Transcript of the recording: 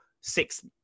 six